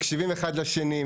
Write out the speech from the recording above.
מקשיבים אחד לשני,